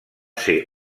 ser